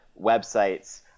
websites